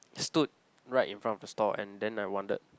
stood right in front of the store and then I wanted